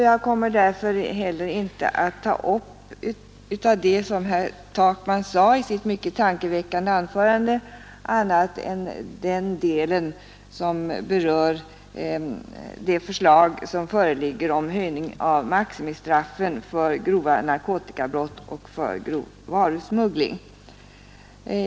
Jag kommer därför inte heller att ta upp vad herr Takman yttrade i sitt mycket tankeväckande anförande annat än i den del som berör de förslag som föreligger om att höja maximistraffen för grova narkotikabrott och för grov varusmuggling.